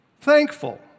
Thankful